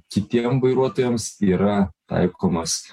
kitiem vairuotojams yra taikomas